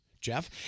Jeff